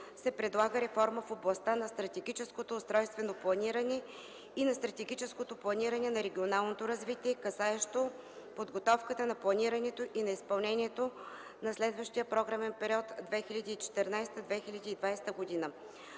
се предлага реформа в областта на стратегическото устройствено планиране и на стратегическото планиране на регионалното развитие, касаещо подготовката на планирането и на изпълнението за следващия програмен период 2014-2020 г.